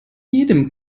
jedem